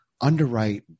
Underwrite